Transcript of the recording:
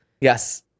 yes